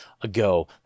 ago